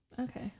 Okay